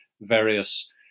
various